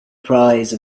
prize